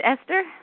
Esther